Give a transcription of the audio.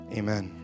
amen